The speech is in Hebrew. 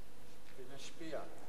נצביע, ונשפיע.